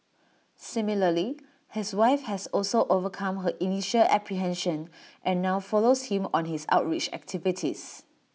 similarly his wife has also overcome her initial apprehension and now follows him on his outreach activities